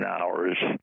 hours